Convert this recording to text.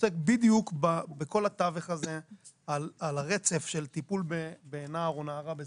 שעוסק בדיוק בכל התווך הזה על הרצף של טיפול בנער או נערה בסיכון,